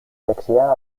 δεξιά